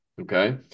okay